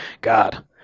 God